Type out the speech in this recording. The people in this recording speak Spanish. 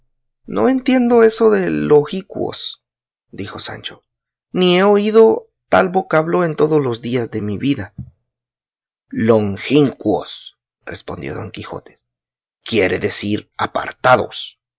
no entiendo eso de logicuos dijo sancho ni he oído tal vocablo en todos los días de mi vida longincuos respondió don quijote quiere decir apartados